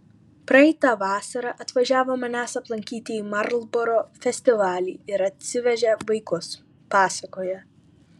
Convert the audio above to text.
praeitą vasarą atvažiavo manęs aplankyti į marlboro festivalį ir atsivežė vaikus pasakoja